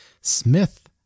Smith